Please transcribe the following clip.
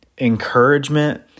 encouragement